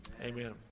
Amen